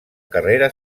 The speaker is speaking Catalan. carrera